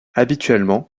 habituellement